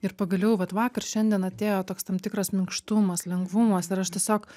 ir pagaliau vat vakar šiandien atėjo toks tam tikras minkštumas lengvumas ir aš tiesiog